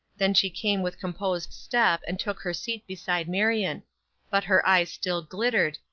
then she came with composed step and took her seat beside marion but her eyes still glittered,